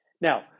Now